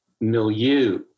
milieu